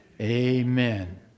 Amen